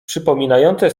przypominające